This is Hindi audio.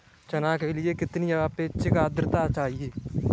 चना के लिए कितनी आपेक्षिक आद्रता चाहिए?